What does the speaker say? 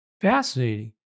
fascinating